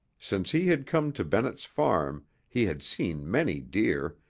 since he had come to bennett's farm he had seen many deer,